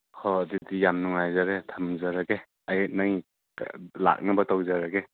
ꯍꯣ ꯑꯗꯨꯗꯤ ꯌꯥꯝ ꯅꯨꯡꯉꯥꯏꯖꯔꯦ ꯊꯝꯖꯔꯒꯦ ꯑꯩ ꯅꯪ ꯂꯥꯛꯅꯕ ꯇꯧꯖꯔꯒꯦ